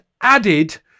added